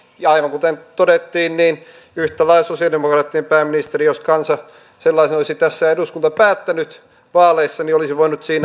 ja aivan kuten todettiin niin yhtä lailla sosialidemokraattien pääministeri jos eduskunta sellaisen olisi päättänyt vaaleissa olisi voinut siinä olla